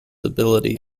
ability